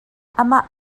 amah